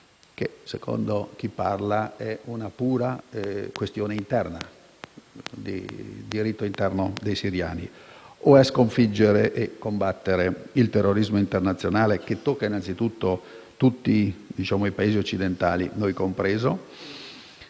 che - secondo chi parla - è una pura questione di diritto interno dei siriani, o sconfiggere e combattere il terrorismo internazionale che tocca innanzitutto tutti i Paesi occidentali, noi compresi?